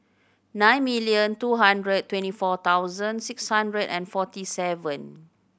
nine million two hundred twenty four thousand six hundred and forty seven